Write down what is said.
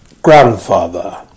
Grandfather